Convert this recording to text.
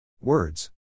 Words